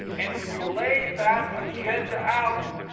and when you lay that agenda out,